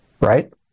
Right